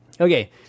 Okay